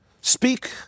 Speak